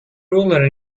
ruler